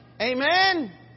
Amen